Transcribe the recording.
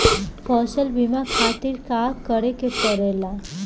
फसल बीमा खातिर का करे के पड़ेला?